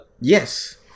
yes